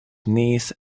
knees